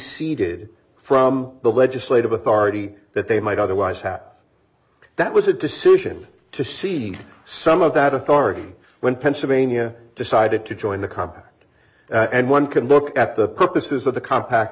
seeded from the legislative authority that they might otherwise have that was a decision to cede some of that authority when pennsylvania decided to join the compact and one could look at the purposes of the compa